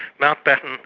mountbatten,